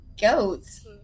goats